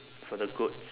for the goats